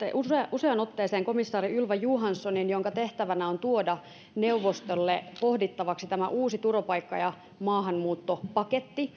useaan otteeseen komissaari ylva johanssonin jonka tehtävänä on tuoda neuvostolle pohdittavaksi tämä uusi turvapaikka ja maahanmuuttopaketti